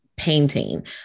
painting